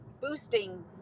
boosting